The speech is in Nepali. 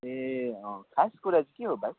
ए अँ खास कुरा चाहिँ के हो भाइ